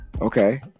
Okay